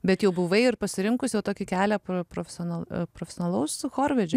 bet jau buvai ir pasirinkus jau tokį kelią profesionalaus profesionalaus chorvedžio